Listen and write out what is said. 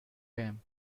him